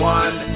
one